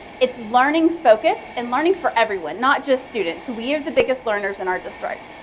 it's learning focused and learning for everyone, not just students. we are the biggest learners in our district.